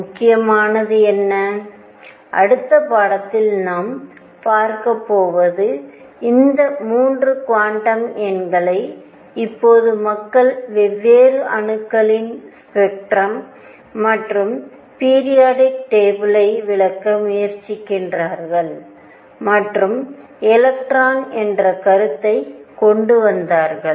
முக்கியமானது என்ன அடுத்த பாடத்தில் நாம் பார்க்கப்போவது இந்த 3 குவாண்டம் எண்களை இப்போது மக்கள் வெவ்வேறு அணுக்களின் ஸ்பெக்ட்ரம் மற்றும் பிரியாடிக் டேபிளை விளக்க முயற்சிக்கிறார்கள் மற்றும் எலக்ட்ரான் ஸ்பின் என்ற கருத்தை கொண்டு வந்தார்கள்